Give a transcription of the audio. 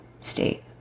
state